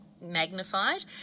magnified